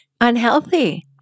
unhealthy